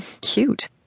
cute